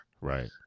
Right